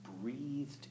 breathed